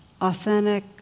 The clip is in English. authentic